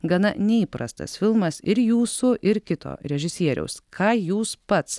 gana neįprastas filmas ir jūsų ir kito režisieriaus ką jūs pats